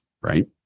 Right